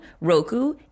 roku